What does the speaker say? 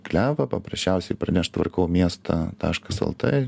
klevą paprasčiausiai parneš tvarkau miestą takas lt